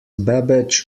babbage